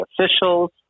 officials